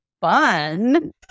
fun